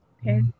Okay